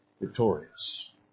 victorious